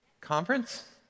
conference